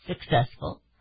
successful